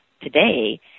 today